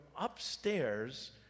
upstairs